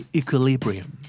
equilibrium